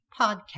Podcast